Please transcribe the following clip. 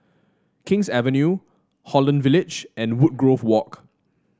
King's Avenue Holland Village and Woodgrove Walk